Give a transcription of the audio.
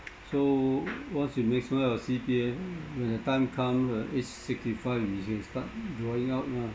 so once you maximize your C_P_F when the time comes uh age sixty five you can start drawing out lah